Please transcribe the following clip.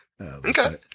Okay